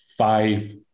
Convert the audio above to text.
five